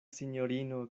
sinjorino